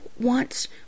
wants